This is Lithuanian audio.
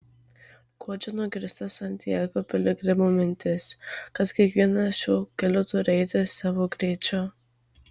guodžia nugirsta santiago piligrimų mintis kad kiekvienas šiuo keliu turi eiti savo greičiu